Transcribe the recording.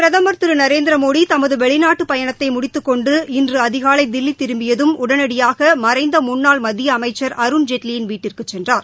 பிரதம் ் திரு நரேந்திரமோடி தமது வெளிநாட்டுப் பயணத்தை முடித்துக் கொண்டு இன்று அதிகாலை தில்லி திரும்பியதும் உடனடியாக மறைந்த முன்னாள் மத்திய அமைச்சள் அருண்ஜேட்லியின் வீட்டிற்குச் சென்றார்